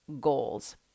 goals